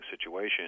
situation